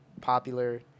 popular